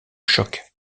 choc